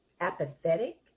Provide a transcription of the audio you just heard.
apathetic